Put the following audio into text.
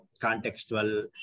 contextual